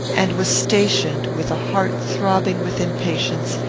and was stationed, with a heart throbbing with impatience,